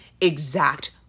exact